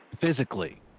physically